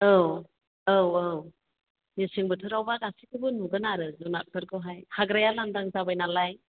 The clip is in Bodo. औ औ औ मेसें बोथोरावबा गासैखौबो नुगोन आरो जुनारफोरखौहाय हाग्राया लांदां जाबाय नालाय